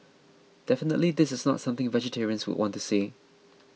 definitely this is not something vegetarians would want to see